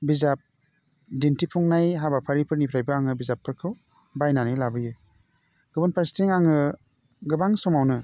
बिजाब दिन्थिफुंनाय हाबाफारिफोरनिफ्रायबो आङो बिजाबफोरखौ बायनानै लाबोयो गुबुन फारसेथिं आङो गोबां समावनो